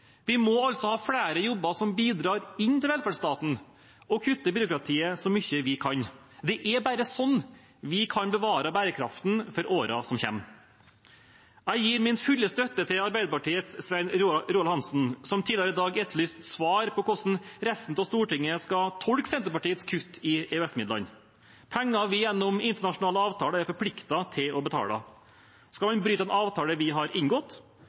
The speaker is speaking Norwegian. Vi må altså ha flere jobber som bidrar inn til velferdsstaten, og kutte i byråkratiet så mye vi kan. Det er bare sånn vi kan bevare bærekraften for årene som kommer. Jeg gir min fulle støtte til Arbeiderpartiets Svein Roald Hansen, som tidligere i dag etterlyste svar på hvordan resten av Stortinget skal tolke Senterpartiets kutt i EØS-midlene, penger vi gjennom internasjonale avtaler er forpliktet til å betale. Skal vi bryte en avtale vi har inngått?